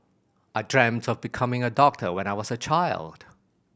I dreamt of becoming a doctor when I was a child